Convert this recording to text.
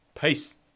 Peace